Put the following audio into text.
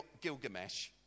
Gilgamesh